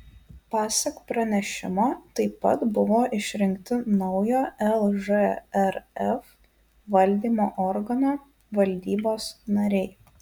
pasak pranešimo taip pat buvo išrinkti naujo lžrf valdymo organo valdybos nariai